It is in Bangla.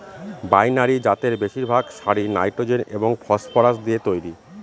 বাইনারি জাতের বেশিরভাগ সারই নাইট্রোজেন এবং ফসফরাস দিয়ে তৈরি